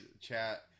chat